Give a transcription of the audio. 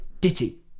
ditty